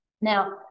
Now